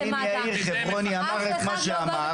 אבל אם יאיר חברוני אמר את מה שאמר,